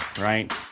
right